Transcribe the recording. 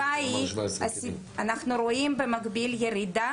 אנחנו רואים במקביל ירידה